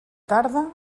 tarda